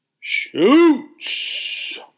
Shoots